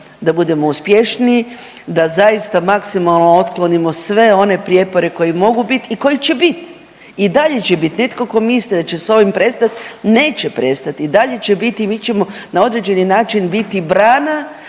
da budemo uspješniji, da zaista maksimalno otklonimo sve one prijepore koji mogu bit i koji će bit i dalje će bit, netko ko misli da će s ovim prestat, neće prestati i dalje će biti i mi ćemo na određeni način biti brana